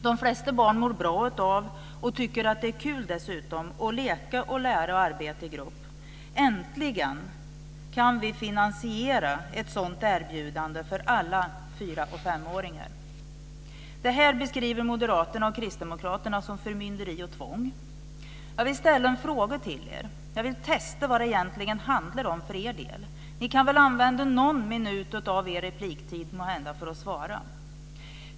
De flesta barn mår bra av och tycker att det är kul att leka, lära och arbeta i grupp. Äntligen kan vi finansiera ett sådant erbjudande för alla 4-5-åringar. Det här beskriver moderaterna och kristdemokraterna som förmynderi och tvång. Jag vill ställa en fråga till er. Jag vill testa vad det egentligen handlar om för er del. Ni kan väl använda någon minut av er repliktid för att svara.